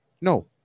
No